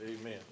Amen